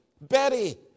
Betty